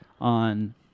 on